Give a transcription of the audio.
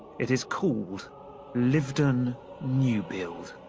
it is called lyveden new bield.